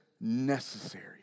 necessary